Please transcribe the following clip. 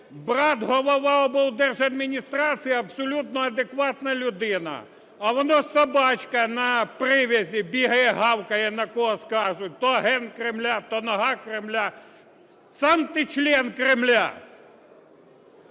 Брат – голова облдержадмінстрації, абсолютно адекватна людина, а воно – собачка на прив'язі бігає, гавкає на кого скажуть: то агент Кремля, то нога Кремля, сам ти – член Кремля.